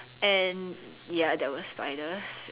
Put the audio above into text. and ya there were spiders